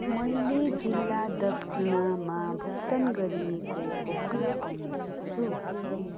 मैले जिल्ला दक्षिणामा भुक्तान गरिएको खोप कहाँ पाउनसक्छु